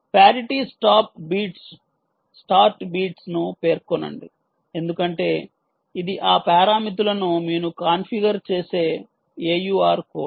parity stop bits start బీట్స్ను పేర్కొనండి ఎందుకంటే ఇది ఆ పారామితులను మీరు కాన్ఫిగర్ చేసే AUR కోడ్